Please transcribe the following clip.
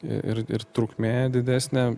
ir ir trukmė didesnė